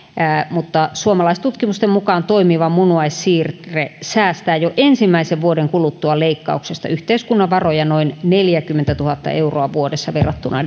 mutta suomalaistutkimusten mukaan toimiva munuaissiirre säästää jo vuoden kuluttua leikkauksesta yhteiskunnan varoja noin neljäkymmentätuhatta euroa vuodessa verrattuna